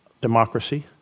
democracy